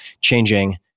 changing